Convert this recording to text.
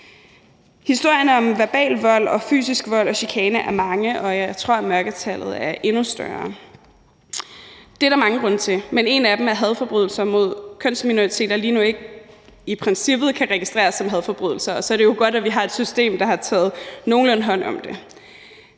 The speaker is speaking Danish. Historierne om verbal vold og fysisk vold og chikane er mange, og jeg tror, at mørketallet er endnu større. Det er der mange grunde til. Men en af dem er, at hadforbrydelser mod kønsminoriteter lige nu ikke i princippet kan registreres som hadforbrydelser, og så er det jo godt, at vi har et system, der har taget nogenlunde hånd om det.